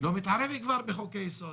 לא מתערב כבר בחוקי-יסוד,